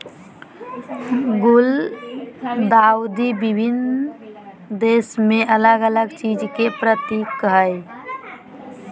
गुलदाउदी विभिन्न देश में अलग अलग चीज के प्रतीक हइ